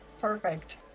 Perfect